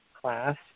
class